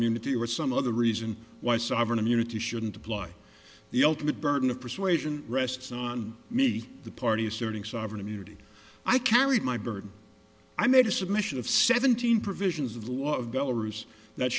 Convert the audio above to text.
immunity or some other reason why sovereign immunity shouldn't apply the ultimate burden of persuasion rests on me the party asserting sovereign immunity i carry my burden i made a submission of seventeen provisions